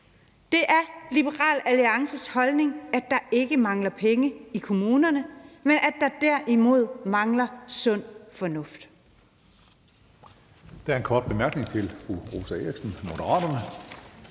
Det er Liberal Alliances holdning, at der ikke mangler penge i kommunerne, men at der derimod mangler sund fornuft.